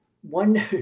one